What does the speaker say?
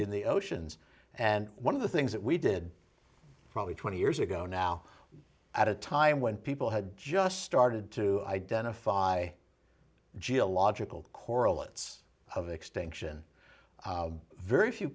in the oceans and one of the things that we did probably twenty years ago now at a time when people had just started to identify geological correlates of extinction very few